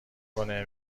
کنه